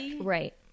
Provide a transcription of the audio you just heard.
Right